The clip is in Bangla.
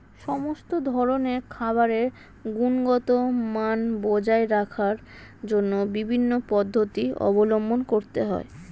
সমস্ত ধরনের খাবারের গুণগত মান বজায় রাখার জন্য বিভিন্ন পদ্ধতি অবলম্বন করতে হয়